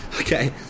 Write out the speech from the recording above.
Okay